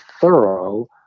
thorough